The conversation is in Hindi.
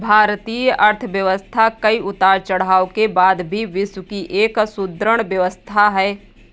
भारतीय अर्थव्यवस्था कई उतार चढ़ाव के बाद भी विश्व की एक सुदृढ़ व्यवस्था है